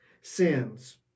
sins